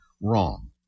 wrong